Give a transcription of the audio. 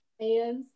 hands